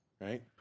right